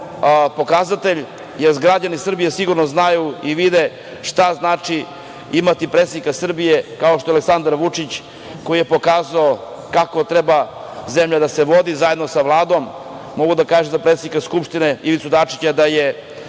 pokazatelj, jer građani Srbije sigurno znaju i vide šta znači imati predsednika Srbije kao što je Aleksandar Vučić, koji je pokazao kako treba zemlja da se vodi, zajedno sa Vladom. Mogu da kažem za predsednika Skupštine, Ivicu Dačića, da je